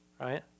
right